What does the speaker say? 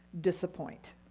disappoint